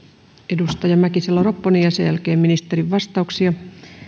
edustaja mäkisalo ropponen ja sen jälkeen ministerin vastauksia